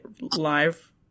live